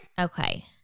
Okay